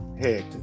heck